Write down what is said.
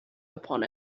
upon